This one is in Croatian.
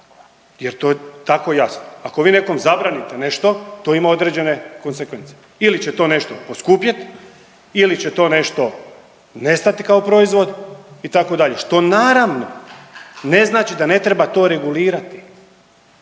jer to je tako jasno. Ako vi nekom zabranite nešto to ima određene konzekvence ili će to nešto poskupjeti ili će to nešto nestati kao proizvod itd. što naravno ne znači da ne treba to regulirati